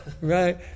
right